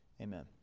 Amen